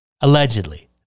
allegedly